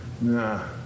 Nah